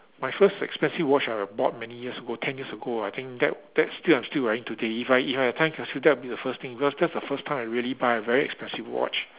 my first expensive watch I bought many years ago ten years ago I think that that's still I'm still wearing today if I if I have time capsule that will be the first thing because that's the first time I really buy a very expensive watch